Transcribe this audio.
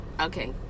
Okay